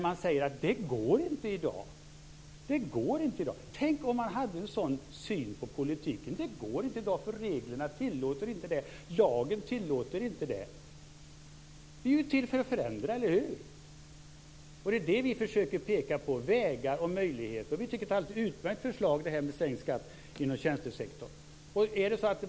Man säger: Det går inte i dag. Tänk om man hade en sådan syn på politiken! Man säger: Det går inte i dag, för reglerna tillåter inte det och lagen tillåter inte det. Vi är ju till för att förändra, eller hur? Vi försöker peka på vägar och möjligheter. Vi tycker att förslaget om sänkt skatt inom tjänstesektorn är alldeles utmärkt.